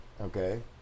Okay